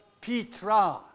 Petra